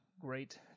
great